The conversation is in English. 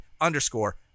Underscore